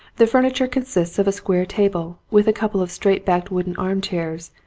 the furni ture consists of a square table, with a couple of straight-backed wooden arm-chairs,